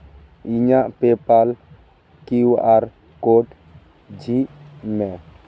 ᱤᱧᱟᱹᱜ ᱯᱮᱯᱟᱠ Q R code ᱡᱷᱤᱡ ᱢᱮ